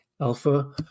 alpha